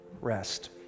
rest